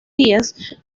días